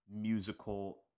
musical